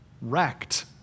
wrecked